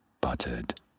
buttered